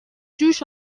جوش